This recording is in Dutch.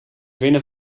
winnen